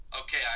okay